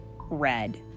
red